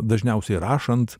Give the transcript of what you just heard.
dažniausiai rašant